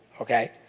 Okay